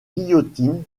guillotine